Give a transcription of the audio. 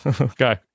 okay